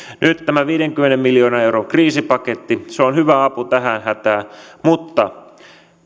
nyt tämä viidenkymmenen miljoonan euron kriisipaketti on hyvä apu tähän hätään mutta